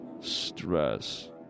Stress